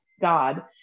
God